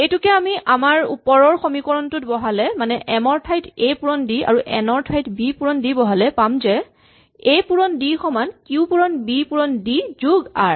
এইটোকে আমি আমাৰ ওপৰৰ সমীকৰণটোত বহালে মানে এম ৰ ঠাইত এ পুৰণ ডি আৰু এন ৰ ঠাইত বি পুৰণ ডি বহালে পাম যে এ পুৰণ ডি সমান কিউ পুৰণ বি পুৰণ ডি যোগ আৰ